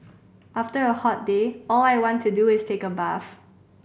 after a hot day all I want to do is take a bath